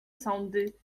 soudy